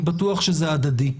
אני בטוח שזה הדדי.